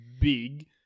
big